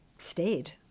Stayed